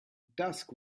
dusk